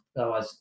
otherwise